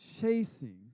chasing